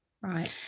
right